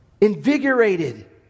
invigorated